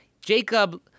Jacob